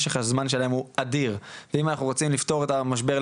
משך הזמן שלהן הוא אדיר ואם אנחנו רוצים לפתור אותן ממשבר,